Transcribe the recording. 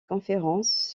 conférences